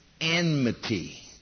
enmity